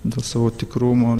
dėl savo tikrumo